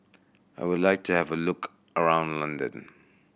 I would like to have a look around London